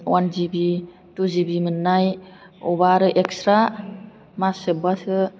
अवान जिबि टु जिबि मोननाय अबा आरो एक्स्रा मास जोबबासो